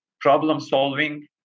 problem-solving